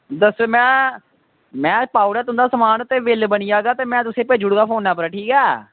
दस्स में में पाई ओड़ेआ चैक कीता तुंदा समान दा बिल बनी जाह्गा ते में तुसेंगी देई ओड़गा ठीक ऐ